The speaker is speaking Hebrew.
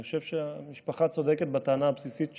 אני חושב שהמשפחה צודקת בטענה הבסיסית שלה,